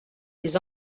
les